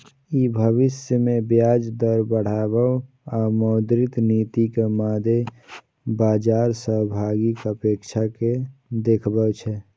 ई भविष्य मे ब्याज दर बदलाव आ मौद्रिक नीतिक मादे बाजार सहभागीक अपेक्षा कें देखबै छै